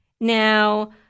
Now